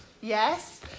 yes